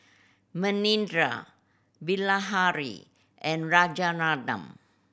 Manindra Bilahari and Rajaratnam